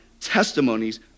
testimonies